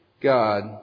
God